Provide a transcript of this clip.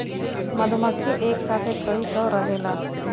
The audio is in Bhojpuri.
मधुमक्खी एक साथे कई सौ रहेलन